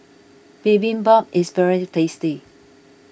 Bibimbap is very tasty